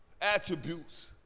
attributes